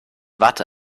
watte